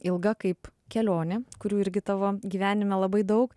ilga kaip kelionė kurių irgi tavo gyvenime labai daug